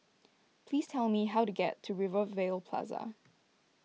please tell me how to get to Rivervale Plaza